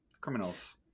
criminals